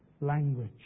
language